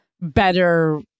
better